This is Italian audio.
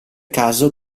caso